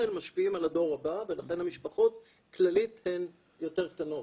משפיעים על הדור הבא ולכן המשפחות כללית יותר קטנות.